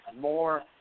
more